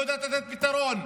לא יודעת לתת פתרון,